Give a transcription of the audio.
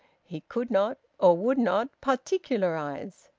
he could not or would not particularise.